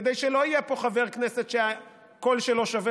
כדי שלא יהיה פה חבר כנסת שהקול שלו שווה